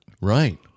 Right